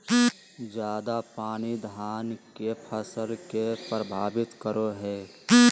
ज्यादा पानी धान के फसल के परभावित करो है?